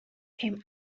came